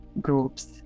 groups